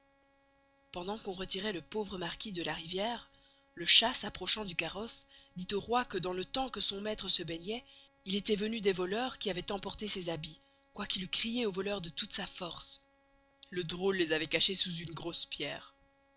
pendant qu'on retiroit le pauvre marquis de la riviere le chat s'approcha du carosse et dit au roy que dans le temps que son maistre se baignoit il estoit venu des voleurs qui avoient emporté ses habits quoy qu'il eust crié au voleur de toute sa force le drosle les avoit cachez sous une grosse pierre